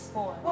Four